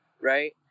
Right